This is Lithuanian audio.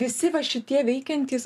visi va šitie veikiantys